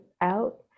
out